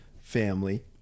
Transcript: family